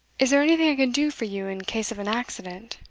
is there anything i can do for you in case of an accident?